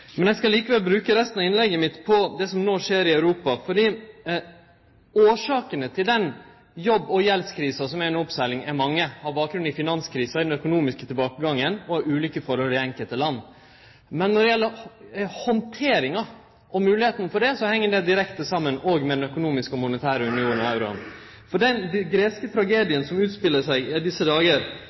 Eg skal likevel bruke resten av innlegget mitt på det som no skjer i Europa. Årsakene til den jobb- og gjeldskrisa som er under oppsegling, er mange. Dei har bakgrunn i finanskrisa, den økonomiske tilbakegangen og ulike forhold i enkelte land. Men når det gjeld handteringa og moglegheita for det, heng det direkte saman med den økonomiske og monetære unionen og euroen. For den greske tragedien som